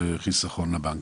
חיסכון לבנקים.